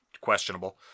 questionable